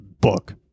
book